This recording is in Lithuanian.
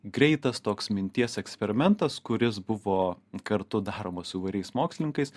greitas toks minties eksperimentas kuris buvo kartu daromas su įvairiais mokslininkais